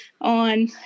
on